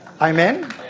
Amen